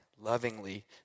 lovingly